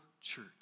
church